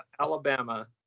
Alabama